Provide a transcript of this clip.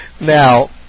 Now